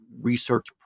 research